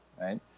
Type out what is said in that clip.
Right